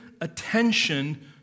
attention